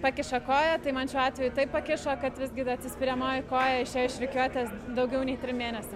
pakiša koją tai man šiuo atveju tai pakišo kad visgi atsispiriamoji koja išėjo iš rikiuotės daugiau nei mėnesį